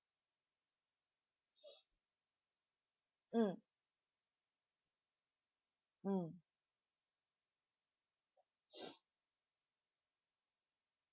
mm mm